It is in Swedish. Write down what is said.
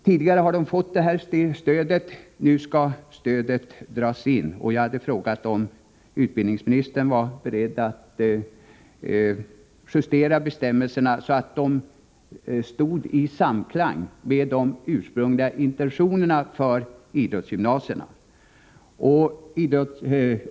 Tidigare har de fått det här stödet. Nu skall stödet dras in, och jag hade frågat om utbildningsministern var beredd att justera bestämmelserna, så att de kom att stå i samklang med de ursprungliga intentionerna för idrottsgymnasierna.